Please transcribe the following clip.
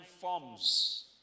forms